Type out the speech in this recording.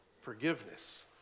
forgiveness